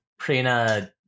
Prina